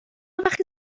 وقتی